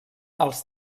els